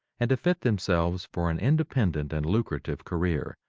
and to fit themselves for an independent and lucrative career,